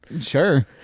Sure